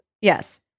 Yes